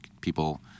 people